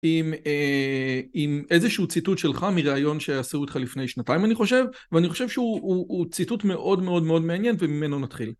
עם איזשהו ציטוט שלך מראיון שעשו איתך לפני שנתיים אני חושב ואני חושב שהוא ציטוט מאוד מאוד מאוד מעניין וממנו נתחיל